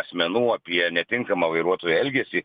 asmenų apie netinkamą vairuotojų elgesį